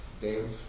Dave